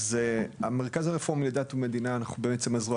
המרכז הרפורמי לדת ומדינה הוא הזרוע